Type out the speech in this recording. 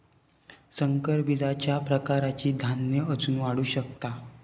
संकर बीजच्या प्रकारांनी धान्य अजून वाढू शकता